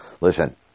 listen